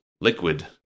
liquid